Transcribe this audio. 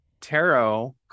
tarot